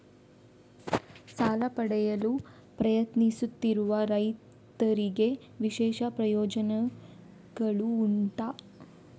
ಸಾಲ ಪಡೆಯಲು ಪ್ರಯತ್ನಿಸುತ್ತಿರುವ ರೈತರಿಗೆ ವಿಶೇಷ ಪ್ರಯೋಜನೆಗಳು ಉಂಟಾ?